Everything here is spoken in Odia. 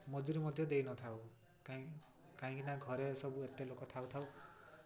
ମଜୁରୀ ମଧ୍ୟ ଦେଇନଥାଉ କାହିଁ କାହିଁକିନା ଘରେ ସବୁ ଏତେ ଲୋକ ଥାଉଥାଉ